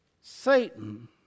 Satan